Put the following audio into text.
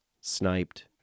sniped